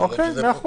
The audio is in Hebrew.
מאה אחוז,